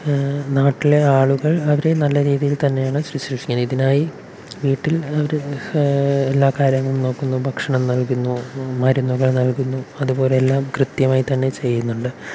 നാട്ടിലെ ആളുകൾ അവരെ നല്ല രീതിയിൽ തന്നെയാണ് ശുശ്രൂഷിക്കുന്നത് ഇതിനായി വീട്ടിൽ അവർ എല്ലാ കാര്യങ്ങളും നോക്കുന്നു ഭക്ഷണം നൽകുന്നു മരുന്നുകൾ നൽകുന്നു അതുപോലെ എല്ലാം കൃത്യമായി തന്നെ ചെയ്യുന്നുണ്ട്